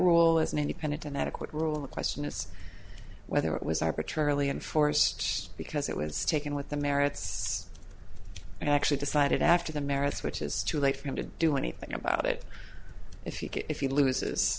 rule as an independent and adequate rule the question is whether it was arbitrarily enforced because it was taken with the merits and actually decided after the merits which is too late for him to do anything about it if